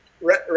right